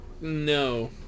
No